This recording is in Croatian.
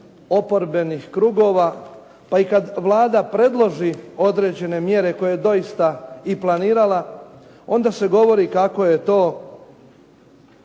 oporbenih krugova, pa i kad Vlada predloži određene mjere koje doista i planirala, onda se govori kako je to